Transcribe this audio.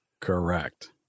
Correct